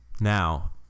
Now